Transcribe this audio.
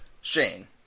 Shane